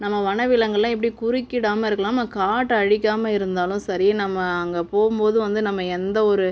நம்ம வனவிலங்குளாம் எப்படி குறுக்கிடாமல் இருக்கலாம் நம்ம காட்டை அழிக்காமல் இருந்தாலும் சரி நம்ம அங்கே போகும் போது வந்து நம்ம எந்த ஒரு